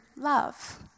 love